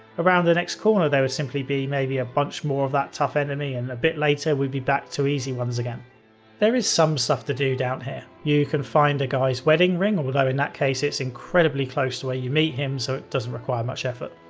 around the next corner, there would simply be a bunch more of that tough enemy and a bit later we'd be back to easy ones. there is some stuff to do down here. you can find a guy's wedding ring, although in that case it's incredibly close to where you meet him so it doesn't require much effort.